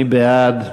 מי בעד?